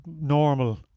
normal